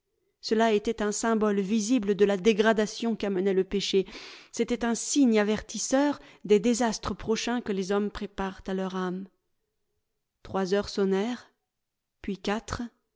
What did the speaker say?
cela était un symbole visible de la dégradation qu'amenait le péché c'était un signe avertisseur des désastres prochains que les hommes préparent à leur âme trois heures sonnèrent puis quatre